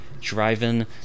driving